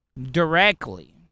Directly